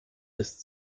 ist